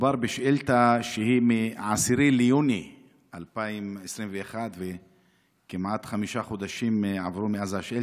מדובר בשאילתה שהיא מ-10 ביוני 2021. כמעט חמישה חודשים עברו מאז השאילתה,